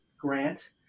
grant